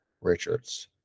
richards